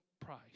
price